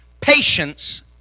patience